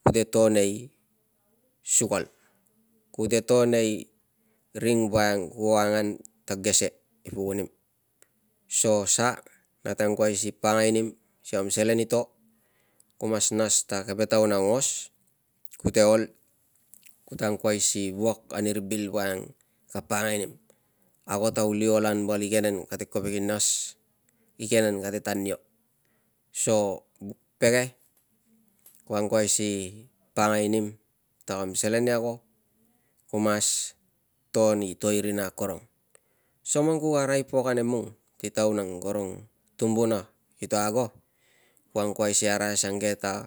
Kute to nei sukal, kute to nei ring woiang kuo angan ta gese i pukunim, so sa nate angkuai si pakangai nim si kam selen i to ku mas nas ta keve taun aungos kute ol, kute angkuai si wuak ani ri bil woiang ka pakangai nim. Ago ta uli ol an val igenen kate kovek i nas, igenen kate tanio. So pege ko angkuai si pakangai nim ta kam selen i ago ku mas to ni to i rina akorong. So man ku arai pok ane mung si taun ang karung tumbuna kito ago, ku angkuai si arai asange ta-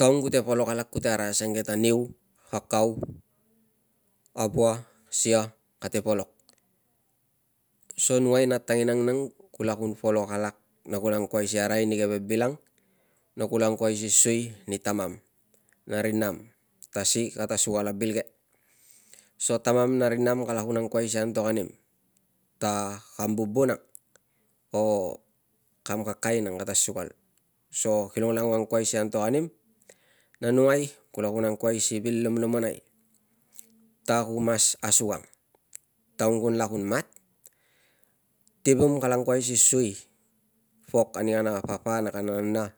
taun kute polok alak kute arai asange ta niu, kakao, a vua, sia kate polok. So numai nat tanginang nang kula kun polok alak na kula angkuai si arai ni keve bil ang kula angkuai si sui ani tamam na ri nam ta si kata sukal a bil ke. So tamam na ri nam kala kun angkuai si antok anim ta kam vubu nang o kam kakai nang kata sukal. So kilong lau angkuai si antok anim na nungai kula kun angkuai si vil lomlomonai ta ku mas asuang, taun kunla kun mat tivum kala angkuai si sui pok ani kana papa na kana nana.